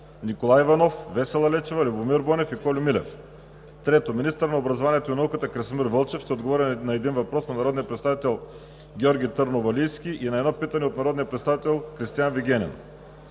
Николай Иванов; Весела Лечева; Любомир Бонев; и Кольо Милев. 3. Министърът на образованието и науката Красимир Вълчев ще отговори на един въпрос от народния представител Георги Търновалийски и на едно питане от народния представител Кристиан Вигенин.